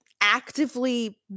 actively